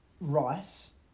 Rice